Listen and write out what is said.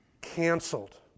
canceled